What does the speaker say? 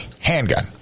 handgun